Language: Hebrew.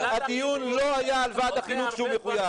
הדיון לא היה על ועד החינוך שהוא מחויב.